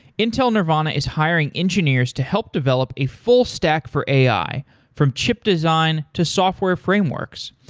intel nervana is hiring engineers to help develop a full stack for ai from chip design to software frameworks.